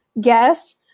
guess